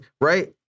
right